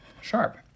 sharp